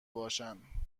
باشن